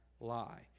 lie